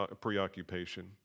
preoccupation